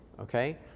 okay